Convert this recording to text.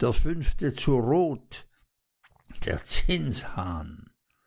der fünfte zu rot der